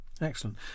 Excellent